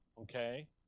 Okay